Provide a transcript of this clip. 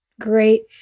Great